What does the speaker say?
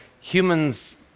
humans